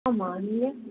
ஆமாம் நீங்கள்